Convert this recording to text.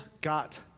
got